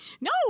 No